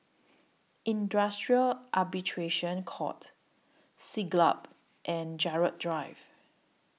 Industrial Arbitration Court Siglap and Gerald Drive